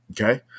Okay